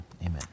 Amen